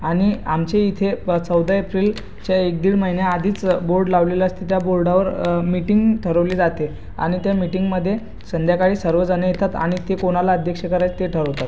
आणि आमच्या इथे प चौदा एप्रिलच्या एक दीड महिन्याआधीच बोर्ड लावलेलं असतं त्या बोर्डावर मीटिंग ठरवली जाते आणि त्या मीटिंगमध्ये संध्याकाळी सर्व जण येतात आणि ते कोणाला अध्यक्ष करायचं ते ठरवतात